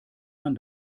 man